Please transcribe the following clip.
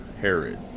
Herod